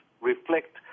reflect